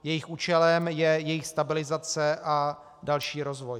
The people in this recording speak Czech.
Jejich účelem je jejich stabilizace a další rozvoj.